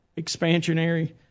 expansionary